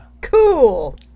Cool